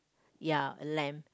ya lamp